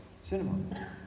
cinema